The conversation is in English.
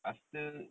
after